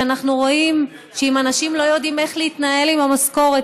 אנחנו רואים שאם אנשים לא יודעים איך להתנהל עם המשכורת,